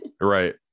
Right